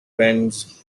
bends